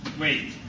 Wait